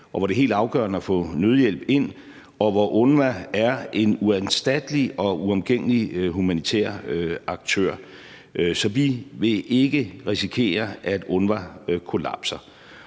og hvor det er helt afgørende at få nødhjælp ind, og hvor UNRWA er en uerstattelig og uomgængelig humanitær aktør. Så vi vil ikke risikere, at UNRWA kollapser.